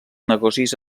negocis